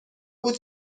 بود